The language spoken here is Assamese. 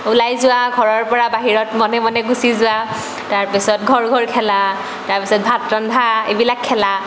ওলাই যোৱা ঘৰৰ পৰা বাহিৰত মনে মনে গুছি যোৱা তাৰ পাছত ঘৰ ঘৰ খেলা তাৰ পাছত ভাত ৰন্ধা এইবিলাক খেলা